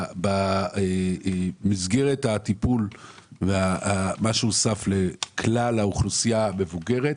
שבמסגרת מה שהוסף לכלל האוכלוסייה המבוגרת,